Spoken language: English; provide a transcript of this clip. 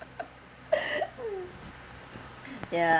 ya